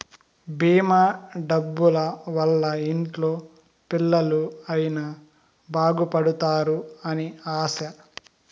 భీమా డబ్బుల వల్ల ఇంట్లో పిల్లలు అయిన బాగుపడుతారు అని ఆశ